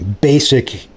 basic